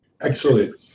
Excellent